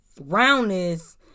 roundness